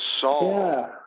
saw